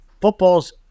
Football's